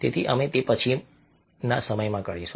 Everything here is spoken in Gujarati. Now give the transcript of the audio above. તેથી અમે તે પછીના સમયમાં કરીશું